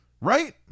right